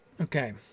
Okay